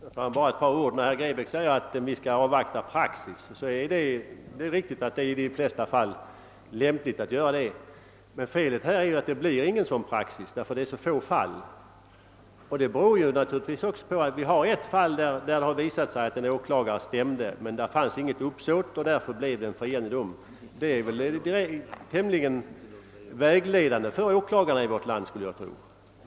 Herr talman! Bara ett par ord. Herr Grebäck säger att vi skall avvakta praxis, och i de flesta fall är detta lämpligt. Felet här är bara att det aldrig kan bli en sådan praxis därför att det är fråga om så ytterst få fall. Vi hade ett fall i vilket åklagaren stämde, men det fanns inget uppsåt och därför blev domen friande. Jag skulle tro att det fallet är tämligen vägledande för åklagarna i vårt land.